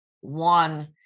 one